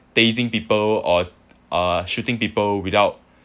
tazing people or uh shooting people without